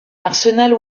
arsenal